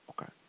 Okay